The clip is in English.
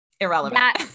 Irrelevant